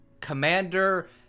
commander